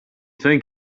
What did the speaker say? think